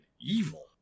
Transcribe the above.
evil